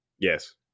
Yes